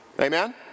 Amen